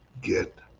get